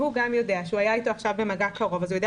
גם הוא יודע שהוא היה אתו עכשיו במגע קרוב והוא יודע